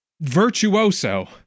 virtuoso